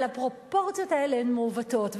אבל הפרופורציות האלה הן מעוותות.